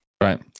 right